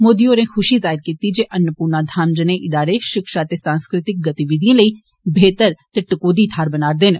मोदी होरें खुषी जाहिर कीती जे अन्नपूर्णा धाम जनेह इदारें षिक्षा ते सांस्कृतिक गतिविधिएं लेई बेहतर ते टकोहदी थ्हार बनारदे न